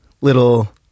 little